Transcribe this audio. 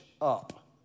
up